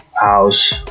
house